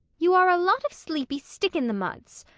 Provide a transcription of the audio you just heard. you are a lot of sleepy stick-in-the-muds!